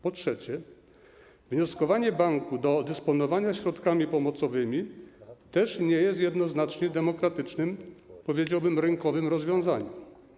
Po trzecie, wnioskowanie banku co do dysponowania środkami pomocowymi też nie jest jednoznacznie demokratycznym, powiedziałbym, rynkowym rozwiązaniem.